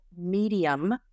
medium